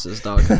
dog